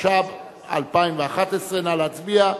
התשע"ב 2011. נא להצביע,